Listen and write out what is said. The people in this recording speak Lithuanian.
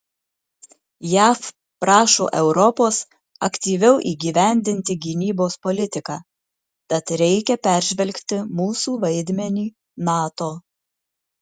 jav prašo europos aktyviau įgyvendinti gynybos politiką tad reikia peržvelgti mūsų vaidmenį nato